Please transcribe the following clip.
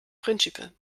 príncipe